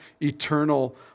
eternal